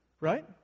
Right